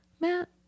Matt